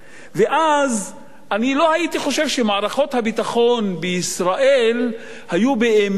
ואז אני לא הייתי חושב שמערכות הביטחון בישראל היו באמת